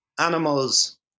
animals